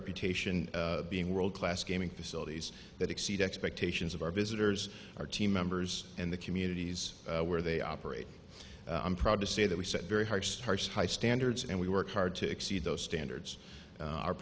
reputation of being world class gaming facilities that exceed expectations of our visitors our team members and the communities where they operate i'm proud to say that we set very harsh harsh high standards and we work hard to exceed those standards